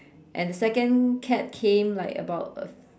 and second cat came like about uh